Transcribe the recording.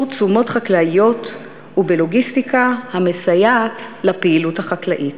תשומות חקלאיות ובלוגיסטיקה המסייעת לפעילות החקלאית.